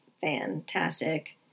fantastic